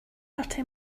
hurting